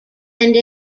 end